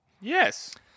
Yes